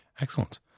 Excellent